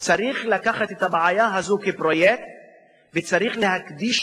שנים כדי שיקלטו אותם ויעסיקו